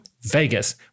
Vegas